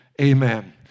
Amen